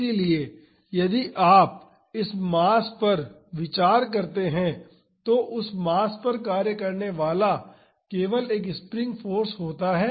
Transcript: इसलिए यदि आप इस मास पर विचार करते हैं तो उस मास पर कार्य करने वाला केवल एक स्प्रिंग फाॅर्स होता है